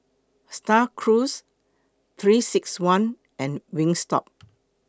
STAR Cruise three six one and Wingstop